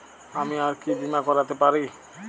আমি আর কি বীমা করাতে পারি?